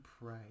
pray